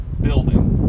building